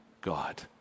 God